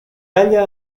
halla